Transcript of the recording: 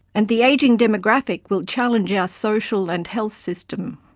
and the ageing demographic will challenge our social and health system.